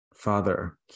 father